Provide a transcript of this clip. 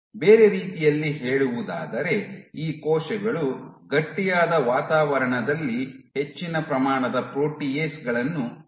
ಬೇರೆ ರೀತಿಯಲ್ಲಿ ಹೇಳುವುದಾದರೆ ಈ ಕೋಶಗಳು ಗಟ್ಟಿಯಾದ ವಾತಾವರಣದಲ್ಲಿ ಹೆಚ್ಚಿನ ಪ್ರಮಾಣದ ಪ್ರೋಟಿಯೇಸ್ ಗಳನ್ನು ಸ್ರವಿಸುತ್ತವೆ